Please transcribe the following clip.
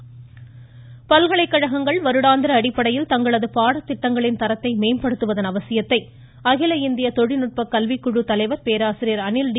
ச்ச்ச்ச்ச்ச் உயர்கல்வி பல்கலைகழகங்கள் வருடாந்திர அடிப்படையில் தங்களது பாடத்திட்டங்களின் தரத்தை மேம்படுத்துவதன் அவசியத்தை அகில இந்திய தொழில்நுட்ப கல்வி குழு தலைவர் பேராசிரியர் அனில் டி